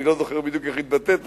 אני לא זוכר בדיוק איך התבטאת,